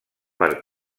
per